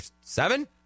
seven